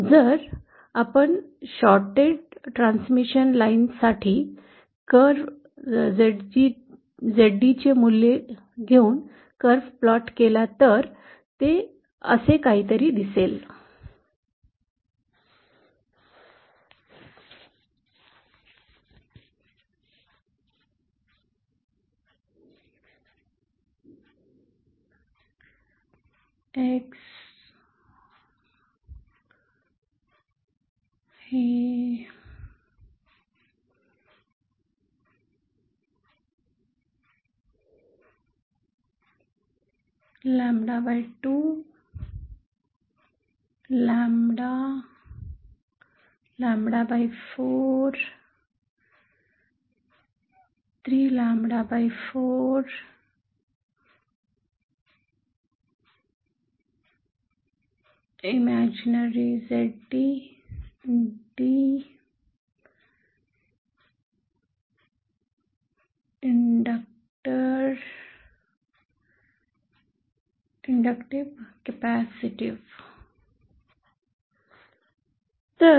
जर आपण shorted transmission लाइनसाठी कर्व Zd चे मूल्य रचले तर ते असे काहीतरी दिसते